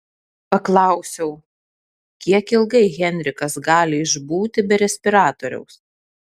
paklausiau kiek ilgai henrikas gali išbūti be respiratoriaus